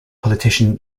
politician